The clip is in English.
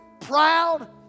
proud